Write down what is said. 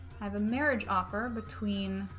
have a marriage offer between